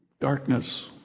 darkness